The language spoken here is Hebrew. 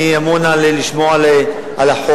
אני אמור לשמור על החוק,